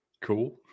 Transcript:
cool